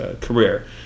career